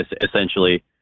essentially